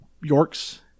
York's